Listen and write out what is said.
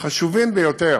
החשובים ביותר,